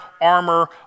armor